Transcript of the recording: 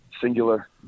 singular